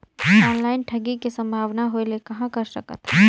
Online ठगी के संभावना होय ले कहां कर सकथन?